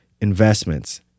Investments